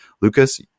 Lucas